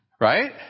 right